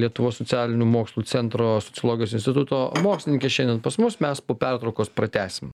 lietuvos socialinių mokslų centro sociologijos instituto mokslininkė šiandien pas mus mes po pertraukos pratęsim